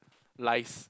lies